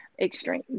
Extreme